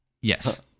Yes